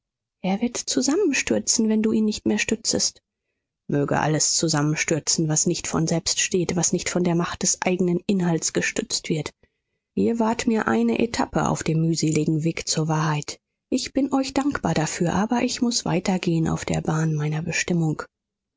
er wird zusammenstürzen wenn du ihn nicht mehr stützest möge alles zusammenstürzen was nicht von selbst steht was nicht von der macht des eigenen inhalts gestützt wird ihr wart mir eine etappe auf dem mühseligen weg zur wahrheit ich bin euch dankbar dafür aber ich muß weiter gehen auf der bahn meiner bestimmung